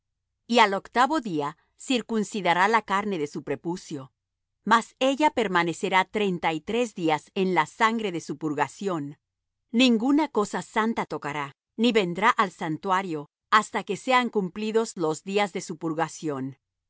y al octavo día circuncidará la carne de su prepucio mas ella permanecerá treinta y tres días en la sangre de su purgación ninguna cosa santa tocará ni vendrá al santuario hasta que sean cumplidos los días de